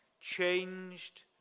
changed